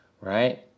Right